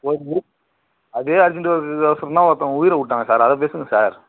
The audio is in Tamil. ஒரு உயிர் அதே அர்ஜெண்ட் ஒர்க்குக்கோசரம் தான் ஒருத்தவன் உயிரவிட்டுட்டான் சார் அதை பேசுங்கள் சார்